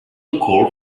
call